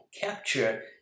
capture